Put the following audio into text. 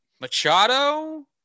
Machado